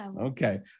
Okay